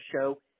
show